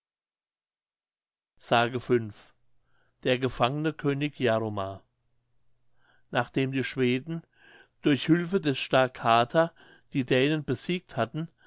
s der gefangene könig jaromar nachdem die schweden durch hülfe des star kater die dänen besiegt hatten